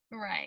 Right